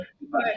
Bye